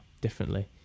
differently